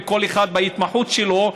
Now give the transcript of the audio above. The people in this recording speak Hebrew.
כל אחד בהתמחות שלו,